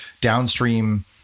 downstream